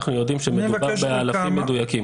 אנחנו יודעים שמדובר באלפים מדויקים